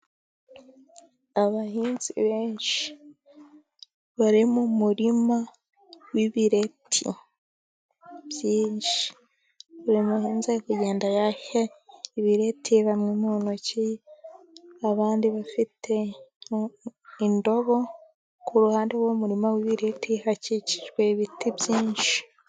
abahinzi benshi bari mu murima w'ibireti byinshi buri muhinzi arikugenda aha undi ibireti bamwe mu ntoki abandi bafite indobo. Ku ruhande rw'umurima w'ibi bireti hakikijwe ibiti byinshi.